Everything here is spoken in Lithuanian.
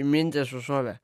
mintį šušovė